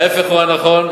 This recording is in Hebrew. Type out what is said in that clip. ההיפך הוא הנכון.